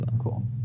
Cool